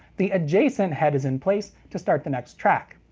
the adjacent head is in place to start the next track.